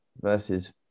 versus